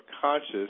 conscious